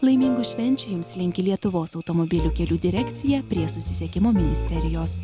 laimingų švenčių jums linki lietuvos automobilių kelių direkcija prie susisiekimo ministerijos